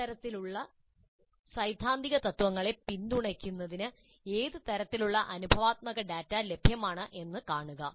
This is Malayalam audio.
ഇത്തരത്തിലുള്ള സൈദ്ധാന്തിക തത്വങ്ങളെ പിന്തുണയ്ക്കുന്നതിന് ഏത് തരത്തിലുള്ള അനുഭവാത്മക ഡാറ്റ ലഭ്യമാണ് എന്ന് കാണുക